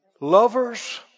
Lovers